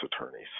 attorneys